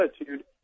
Attitude